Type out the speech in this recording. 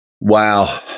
Wow